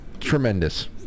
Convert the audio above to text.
tremendous